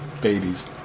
babies